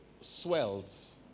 swells